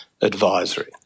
advisory